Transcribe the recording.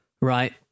right